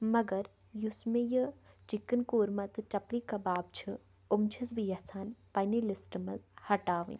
مگر یُس مےٚ یہِ چِکَن کورمہ تہٕ چَپلی کَباب چھِ یِم چھَس بہٕ یَژھان پننہِ لِسٹہٕ منٛز ہٹاوٕنۍ